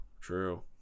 true